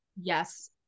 Yes